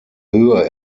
höhe